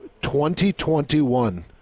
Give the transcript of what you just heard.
2021